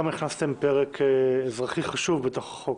גם הכנסתם פרק אזרחי חשוב לתוך החוק.